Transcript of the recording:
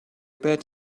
bed